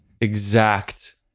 exact